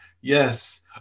yes